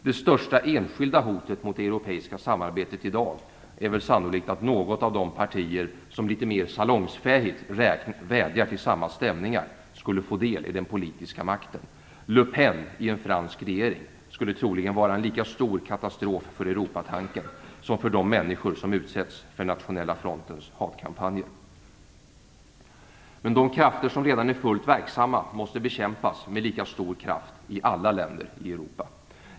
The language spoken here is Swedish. Det största enskilda hotet mot det europeiska samarbetet i dag är sannolikt att något av de partier som litet mer salongsfähigt vädjar till samma stämningar på allvar skulle få del i den politiska makten. Le Pen i en fransk regering skulle troligen vara en lika stor katastrof för Europatanken som för de människors som utsätts för Nationella Frontens hatkampanjer. Men de krafter som redan är fullt verksamma måste bekämpas med lika stor kraft i alla länder i Europa.